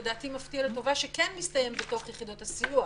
לדעתי מפתיע לטובה, שכן מסתיים בתוך יחידות הסיוע,